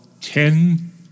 ten